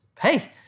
hey